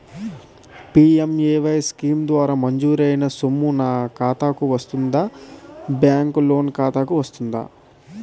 PMAY scheme ద్వారా మంజూరైన సొమ్ము నా ఖాతా కు వస్తుందాబ్యాంకు లోన్ ఖాతాకు వస్తుందా?